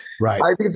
right